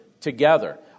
together